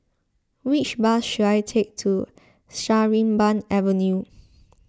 which bus should I take to Sarimbun Avenue